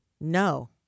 No